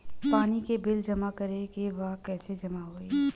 पानी के बिल जमा करे के बा कैसे जमा होई?